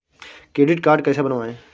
Credit card कैसे बनवाएँ?